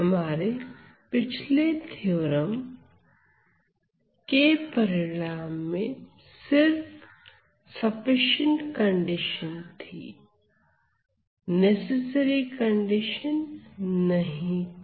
हमारे पिछले थ्योरम के परिणाम में सिर्फ सफिशिएंट कंडीशन थी नेसेसरी कंडीशन नहीं थी